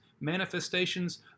manifestations